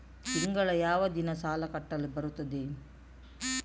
ತಿಂಗಳ ಯಾವ ದಿನ ಸಾಲ ಕಟ್ಟಲು ಬರುತ್ತದೆ?